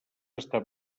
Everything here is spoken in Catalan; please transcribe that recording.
està